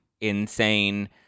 insane